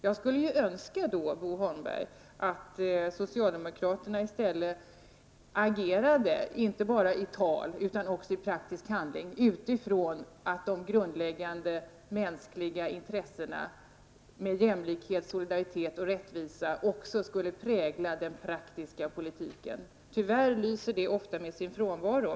Jag skulle önska, Bo Holmberg, att socialdemokraterna i stället agerade inte bara i tal utan också i praktisk handling utifrån att de grundläggande mänskliga intressena jämlikhet, solidaritet och rättvisa också skulle prägla den praktiska politiken. Tyvärr lyser det ofta med sin frånvaro.